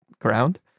ground